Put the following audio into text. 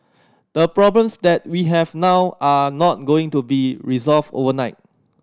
the problems that we have now are not going to be resolved overnight